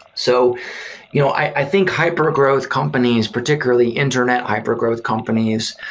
so you know i think hypergrowth companies, particularly internet hypergrowth companies,